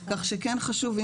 כך שכן חשוב,